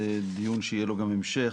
זה דיון שיהיה לו גם המשך.